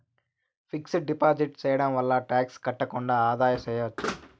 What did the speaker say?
fixed deposit సేయడం వల్ల tax కట్టకుండా ఆదా సేయచ్చు